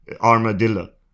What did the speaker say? armadillo